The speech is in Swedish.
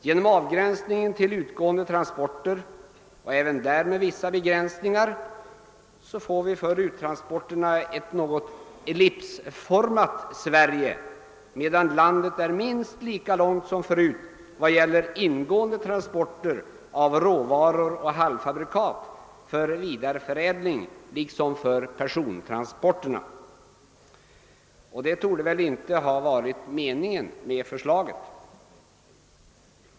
Genom avgränsningen till utgående transporter, och även där med vissa begränsningar, får vi för uttransporterna ett något ellipsformat Sverige, medan landet är minst lika långt som förut vad gäller ingående transporter av råvaror och halvfabrikat för vidare förädling liksom för persontransporterna. Och det torde väl inte ha varit meningen med förslaget.